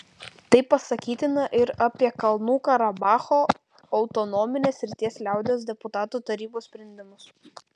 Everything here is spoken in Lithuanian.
tai pasakytina ir apie kalnų karabacho autonominės srities liaudies deputatų tarybos sprendimus